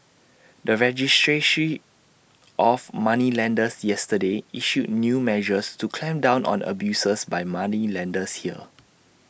the registry she of moneylenders yesterday issued new measures to clamp down on abuses by moneylenders here